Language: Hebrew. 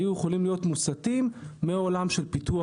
היו יכולים להיות מוסטים מעולם של פיתוח